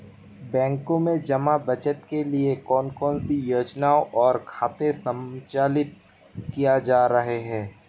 बैंकों में जमा बचत के लिए कौन कौन सी योजनाएं और खाते संचालित किए जा रहे हैं?